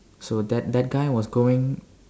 so that that guy was going